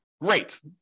great